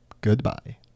Goodbye